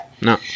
no